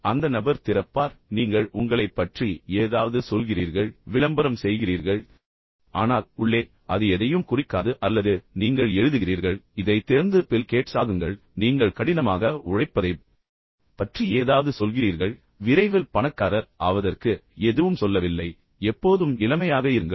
எனவே அந்த நபர் திறப்பார் பின்னர் நீங்கள் உங்களைப் பற்றி ஏதாவது சொல்கிறீர்கள் விளம்பரம் செய்கிறீர்கள் ஆனால் உள்ளே அது எதையும் குறிக்காது அல்லது நீங்கள் எழுதுகிறீர்கள் இதை திறந்து பில் கேட்ஸ் ஆகுங்கள் நீங்கள் கடினமாக உழைப்பதைப் பற்றி ஏதாவது சொல்கிறீர்கள் விரைவில் பணக்காரர் ஆவதற்கு எதுவும் சொல்லவில்லை எப்போதும் இளமையாக இருங்கள்